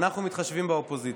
אנחנו מתחשבים באופוזיציה.